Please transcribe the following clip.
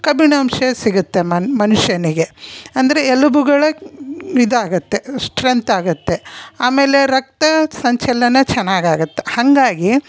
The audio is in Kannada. ಕಬ್ಬಿನಾಂಶ ಸಿಗುತ್ತೆ ಮನ್ ಮನುಷ್ಯನಿಗೆ ಅಂದರೆ ಎಲುಬುಗಳ ಇದಾಗುತ್ತೆ ಸ್ಟ್ರೆಂತ್ ಆಗುತ್ತೆ ಆಮೇಲೆ ರಕ್ತಸಂಚಲನ ಚೆನ್ನಾಗಿ ಆಗತ್ತೆ ಹಾಗಾಗಿ